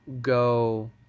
go